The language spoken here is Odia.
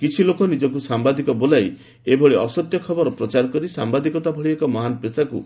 କିଛି ଲୋକ ନିଜକୁ ସାମ୍ଘାଦିକ ବୋଲାଇ ଏଭଳି ଅସତ୍ୟ ଖବର ପ୍ରଚାର କରି ସାମ୍ଘାଦିକତା ଭଳି ଏକ ମହାନ ପେଶାକୁ